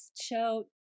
show